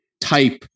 type